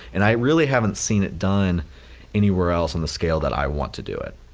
and i really haven't seen it done anywhere else on the scale that i want to do it.